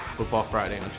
football friday,